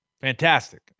fantastic